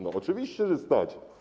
No oczywiście, że stać.